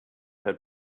had